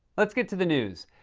let's get to the news.